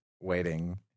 waiting